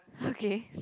okay